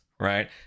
right